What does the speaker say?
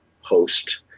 host